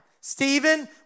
Stephen